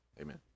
Amen